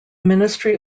ministry